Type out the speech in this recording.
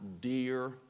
dear